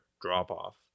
drop-off